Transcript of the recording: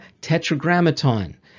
Tetragrammaton